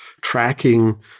tracking